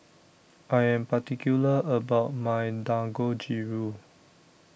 I Am particular about My Dangojiru